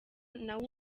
nawe